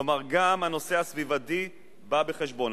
כלומר, גם הנושא הסביבתי בא בחשבון.